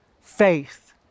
faith